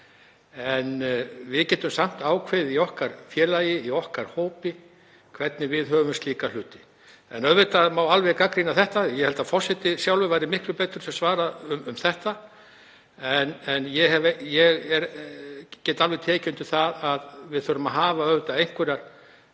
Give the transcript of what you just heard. en við getum samt ákveðið í okkar félagi, í okkar hópi, hvernig við höfum slíka hluti. En auðvitað má alveg gagnrýna þetta. Ég held að forseti sjálfur gæti miklu betur svarað um þetta. En ég get alveg tekið undir það að við þurfum að hafa einhverjar